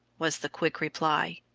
was the quick reply.